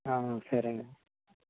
సరే అండి